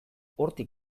hortik